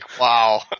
wow